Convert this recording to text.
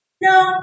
No